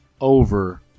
over